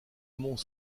mont